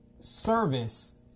service